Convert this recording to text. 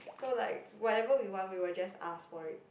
so like whatever we want we will just ask for it